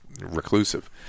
reclusive